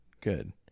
good